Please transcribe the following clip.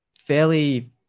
fairly